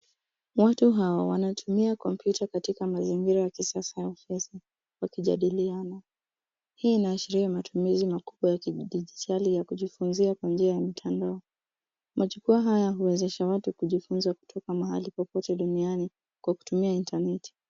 Watu hawa wanatumia kompyuta katika mazingira ya kisasa ya ofisi wakijadiliana. Hii inaashiria matumizi makubwa ya kidijitali ya kujifunzia kwa njia ya mtandao. Majukwaa haya huwezesha watu kujifunza kutoka mahali popote duniani kwa kutumia Internet .